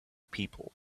people